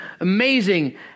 amazing